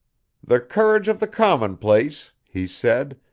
the courage of the commonplace he said,